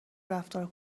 رفتار